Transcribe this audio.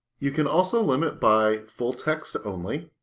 you can also limit by full text only